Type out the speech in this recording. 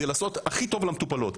כדי לעשות הכי טוב למטופלות.